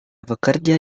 bekerja